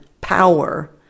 power